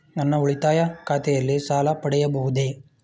ನನ್ನ ಉಳಿತಾಯ ಖಾತೆಯಲ್ಲಿ ಸಾಲ ಪಡೆಯಬಹುದೇ?